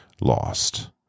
lost